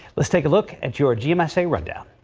let's take a look at your gmsa right now.